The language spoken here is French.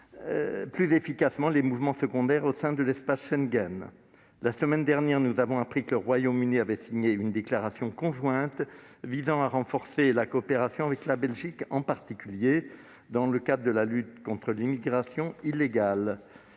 plus efficacement les mouvements secondaires au sein de l'espace Schengen. La semaine dernière, nous avons appris que le Royaume-Uni avait signé une déclaration conjointe visant à renforcer la coopération avec la Belgique, en particulier dans le cadre de la lutte contre l'immigration illégale.